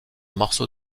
morceau